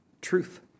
Truth